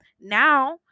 now